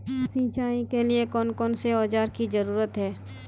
सिंचाई के लिए कौन कौन से औजार की जरूरत है?